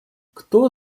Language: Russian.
кто